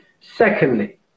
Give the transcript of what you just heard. Secondly